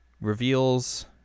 reveals